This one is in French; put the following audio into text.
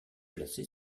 placée